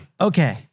Okay